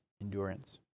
endurance